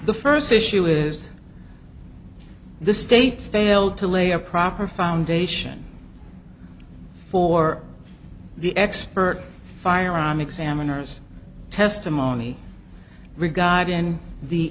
the first issue is the state failed to lay a proper foundation for the expert firearm examiners testimony regarding the